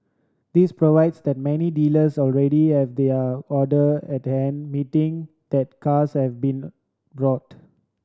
this provides that many dealers already have their order at hand meeting that cars have been brought